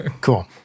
Cool